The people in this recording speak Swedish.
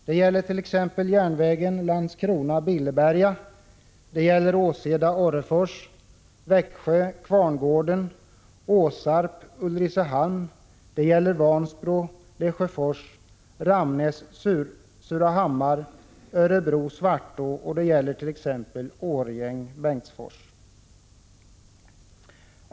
Det gäller t.ex. järnvägen Landskrona-Billeberga, det gäller Åseda-Orrefors, Växjö Kvarngården, Åsarp-Ulricehamn, Vansbro-Lesjöfors, Ramnäs-Surahammar, Örebro-Svartå, och det gäller Årjäng-Bengtsfors.